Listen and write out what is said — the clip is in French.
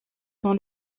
dans